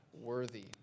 worthy